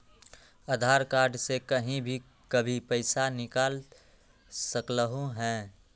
आधार card से कहीं भी कभी पईसा निकाल सकलहु ह?